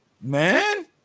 man